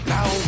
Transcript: Now